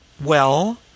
Well